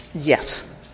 Yes